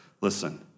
listen